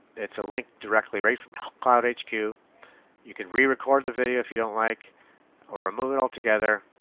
it's a link directly right from cloudhq. you you can re-record the video if you don't like or remove it altogether.